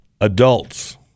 Adults